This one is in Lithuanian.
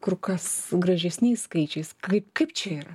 kur kas gražesniais skaičiais kaip kaip čia yra